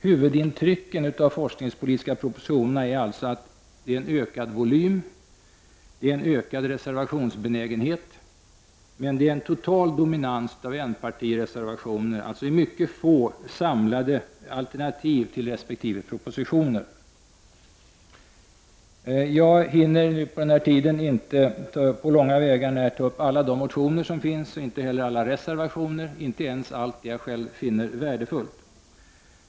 Huvudintrycken av de forskningspolitiska propositionerna är alltså att det är en ökad volym, en ökad reservationsbenägenhet, men en total dominans av enpartireservationer, alltså mycket få samlade alternativ till resp. propositioner. Jag hinner på den här tiden inte på långt när ta upp alla de motioner som väckts och inte heller alla reservationer, inte ens allt det jag själv finner värdefullt.